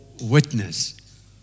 witness